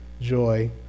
joy